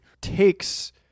takes